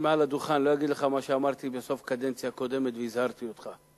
מעל הדוכן לא אגיד לך מה אמרתי בסוף הקדנציה הקודמת והזהרתי אותך,